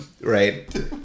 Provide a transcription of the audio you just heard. right